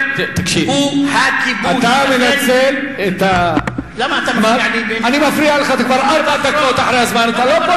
הם נציגים של מפלגה שמדברים על הצורך לטרנספר